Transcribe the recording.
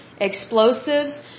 explosives